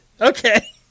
Okay